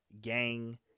gang